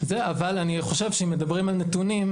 אבל אני חושב משאם מדברים על נתונים,